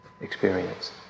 experience